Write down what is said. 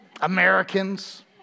Americans